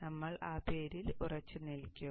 അതിനാൽ നമ്മൾ ആ പേരിൽ ഉറച്ചുനിൽക്കും